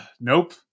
nope